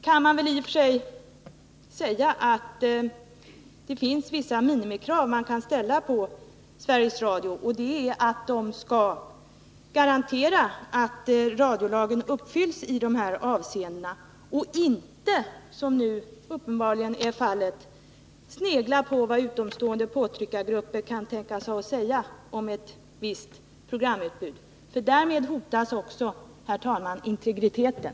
Man kan i och för sig säga att det finns vissa minimikrav man kan ställa på Sveriges Radio, och det är att Sveriges Radio skall garantera att radiolagen uppfylls i dessa avseenden och inte, som nu uppenbarligen är fallet, att man sneglar på vad utomstående påtryckargrupper kan tänkas ha att säga om ett visst programutbud. Därmed hotas också, herr talman, integriteten.